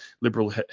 liberal